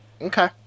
Okay